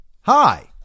Hi